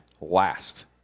last